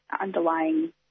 underlying